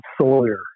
Sawyer